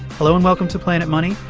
hello, and welcome to planet money.